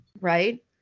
right